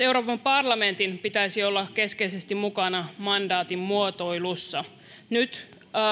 euroopan parlamentin pitäisi olla keskeisesti mukana mandaatin muotoilussa nyt